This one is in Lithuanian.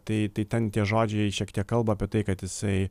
tai tai ten tie žodžiai šiek tiek kalba apie tai kad jisai